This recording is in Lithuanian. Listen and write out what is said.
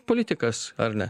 politikas ar ne